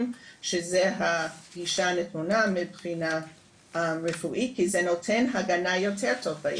שזה הגישה הנתונה מבחינה רפואית כי זה נותן הגנה יותר טובה.